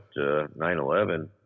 9/11